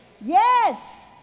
Yes